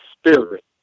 spirit